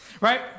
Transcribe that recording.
right